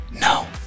No